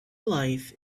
life